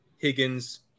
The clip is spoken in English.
Higgins